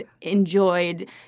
enjoyed